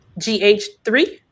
gh3